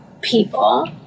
people